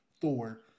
Thor